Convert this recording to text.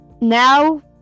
Now